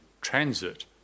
transit